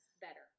better